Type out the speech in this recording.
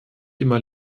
immer